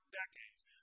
decades